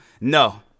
no